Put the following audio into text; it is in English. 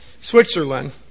Switzerland